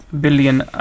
billion